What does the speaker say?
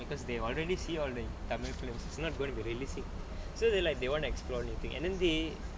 because they already see all the tamil films it's not gonna be realistic so they like they want to explore the thing and then they